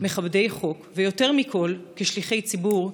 מכבדי חוק, ויותר מכול כשליחי ציבור,